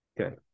Okay